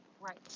Right